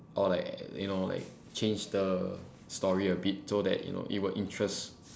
or like you know like change the story a bit so that you know it will interest